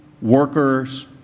workers